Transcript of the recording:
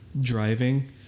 driving